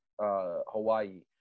Hawaii